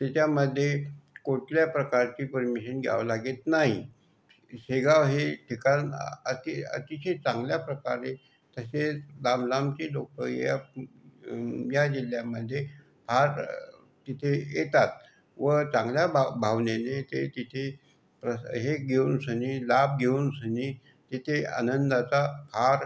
त्याच्यामध्ये कुठल्या प्रकारची परमिशन घ्यावं लागत नाही शेगाव हे ठिकाण अति अतिशय चांगल्या प्रकारे तसेच लांब लांबची लोकं या या जिल्ह्यामध्ये फार तिथे येतात व चांगल्या भा भावनेने ते तिथे प्र हे घेऊनसनी लाभ घेऊनसनी इथे आनंदाचा फार